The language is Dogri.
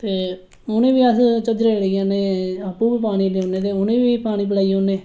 ते उनें गी बस झझरे दा गै आपूं बी पानी पीने ते उनें बी पानी पिलाई ओड़ने